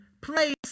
place